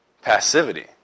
passivity